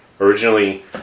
originally